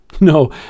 No